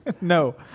No